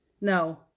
No